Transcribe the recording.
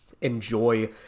enjoy